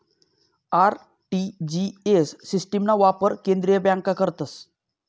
RTGS सिस्टिमना वापर केंद्रीय बँका करतस